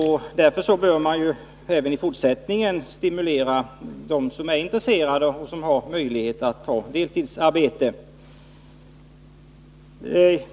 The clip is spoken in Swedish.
Därför bör vi även i fortsättningen stimulera dem som är intresserade och har möjlighet att ta deltidsarbete.